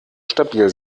stabil